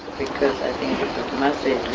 because i think that master